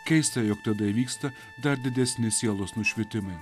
keista jog tada įvyksta dar didesni sielos nušvitimai